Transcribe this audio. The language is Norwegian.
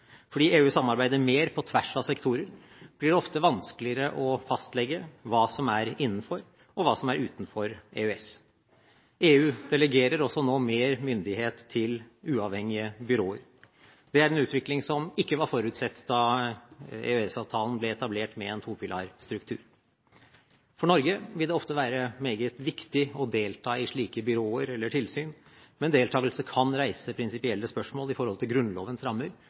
Fordi EU samarbeider mer på tvers av sektorer, blir det ofte vanskeligere å fastlegge hva som er innenfor, og hva som er utenfor EØS. EU delegerer også nå mer myndighet til uavhengige byråer. Det er en utvikling som ikke var forutsett da EØS-avtalen ble etablert med en topilarstruktur. For Norge vil det ofte være meget viktig å delta i slike byråer eller tilsyn, men deltakelse kan reise prinsipielle spørsmål når det gjelder Grunnlovens rammer